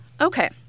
Okay